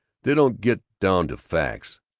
they don't get down to facts.